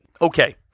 Okay